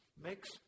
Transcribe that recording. makes